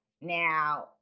Now